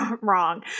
wrong